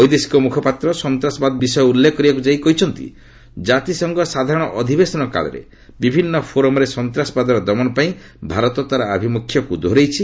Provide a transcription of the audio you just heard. ବୈଦେଶିକ ମୁଖପାତ୍ର ସନ୍ତ୍ରାସବାଦ ବିଷୟ ଉଲ୍ଲେଖ କରିବାକୁ ଯାଇ କହିଛନ୍ତି ଜାତିସଂଘ ସାଧାରଣ ଅଧିବେଶନ କାଳରେ ବିଭିନ୍ନ ଫୋରମ୍ରେ ସନ୍ତାସବାଦର ଦମନ ପାଇଁ ଭାରତ ତା'ର ଆଭିମୁଖ୍ୟକୁ ଦୋହରାଇଛି